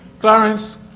Clarence